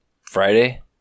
Friday